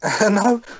No